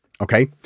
okay